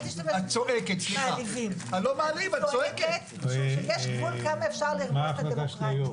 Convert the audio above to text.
אני צועקת כי יש גבול כמה אפשר לרמוס את הדמוקרטיה.